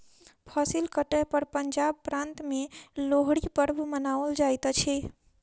फसिल कटै पर पंजाब प्रान्त में लोहड़ी पर्व मनाओल जाइत अछि